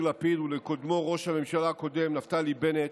לפיד ולקודמו ראש הממשלה נפתלי בנט,